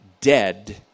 dead